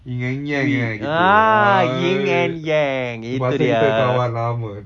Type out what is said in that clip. yin and yang eh gitu ah tu pasal kita kawan lama